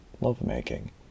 lovemaking